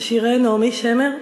ושירי נעמי שמר,